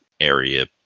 area